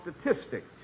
Statistics